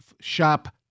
Shop